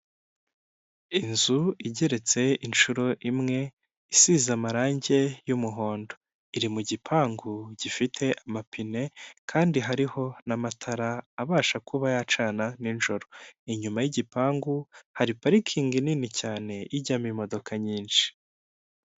Inzu igeretse inshuro imwe isize amarangi y'umuhondo, iri mu gipangu gifite amapine kandi hariho n'amatara abasha kuba yacana n'ijoro, inyuma y'gipangu hari parikingi nini cyane ijyamo imodoka nyinshi.